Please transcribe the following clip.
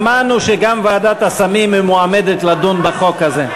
שמענו שגם ועדת הסמים מועמדת לדון בחוק הזה.